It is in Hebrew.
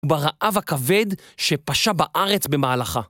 ברעב הכבד שפשה בארץ במהלכה.